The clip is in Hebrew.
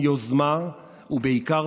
יוזמה ובעיקר,